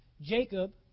Jacob